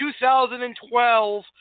2012